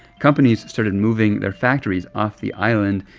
companies started moving their factories off the island,